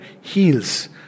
heals